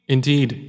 Indeed